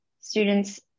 students